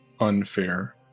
unfair